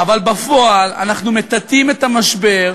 בפועל אנחנו מטאטאים את המשבר